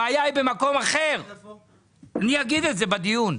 הבעיה היא במקום אחר ואני אגיד את זה בדיון.